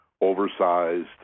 oversized